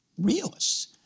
realists